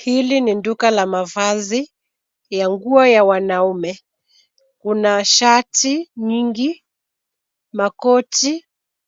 Hili ni duka la mavazi ya nguo ya wanaume. Kuna shati nyingi, makoti